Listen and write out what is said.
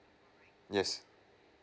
yes